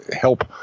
help